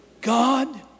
God